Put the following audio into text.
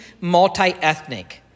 multi-ethnic